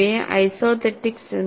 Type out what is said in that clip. ഇവയെ ഐസോതെറ്റിക്സ്